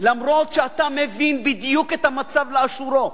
למרות שאתה מבין בדיוק את המצב לאשורו,